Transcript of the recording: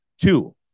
Two